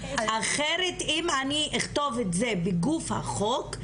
אחרת, אם אני אכתוב את זה בגוף החוק,